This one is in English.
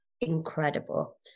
incredible